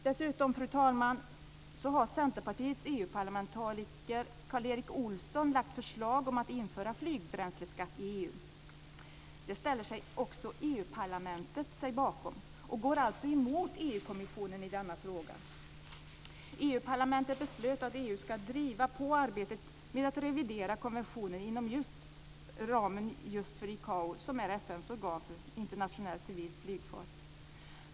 Dessutom, fru talman, vill jag säga att Centerpartiets EU-parlamentariker Karl Erik Olsson har lagt fram förslag om att införa flygbränsleskatt i EU. Det ställer sig också EU-parlamentet bakom. Man går alltså emot EU-kommissionen i denna fråga. EU parlamentet beslöt att EU ska driva på arbetet med att revidera konventionen inom ramen just för ICAO, som är FN:s organ för internationell civil flygfart.